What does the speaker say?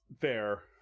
Fair